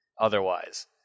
otherwise